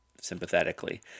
sympathetically